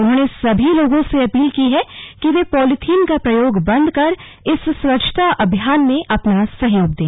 उन्होंने सभी लोगों से अपील की है कि वे पॉलीथीन का प्रयोग बंद कर इस स्वच्छता अभियान में अपना सहयोग दें